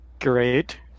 Great